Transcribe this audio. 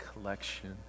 collection